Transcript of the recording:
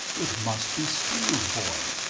it must be steele's boy,